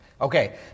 Okay